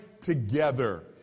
together